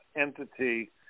entity